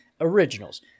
Originals